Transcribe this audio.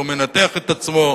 או מנתח את עצמו,